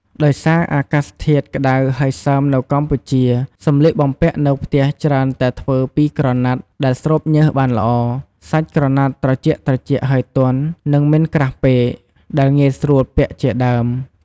ដោយសារអាកាសធាតុក្ដៅហើយសើមនៅកម្ពុជា សម្លៀកបំពាក់នៅផ្ទះច្រើនតែធ្វើពីក្រណាត់ដែលស្រូបញើសបានល្អ សាច់ក្រណាត់ត្រជាក់ៗហើយទន់ និងមិនក្រាស់ពេក ដែលងាយស្រួលពាក់ ជាដើម។